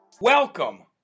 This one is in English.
Welcome